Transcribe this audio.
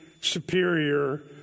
superior